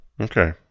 Okay